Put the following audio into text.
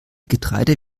getreide